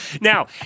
Now